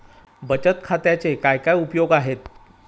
बचत खात्याचे काय काय उपयोग आहेत?